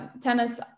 tennis